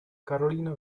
karolína